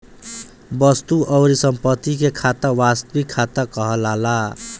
वस्तु अउरी संपत्ति के खाता वास्तविक खाता कहलाला